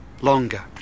longer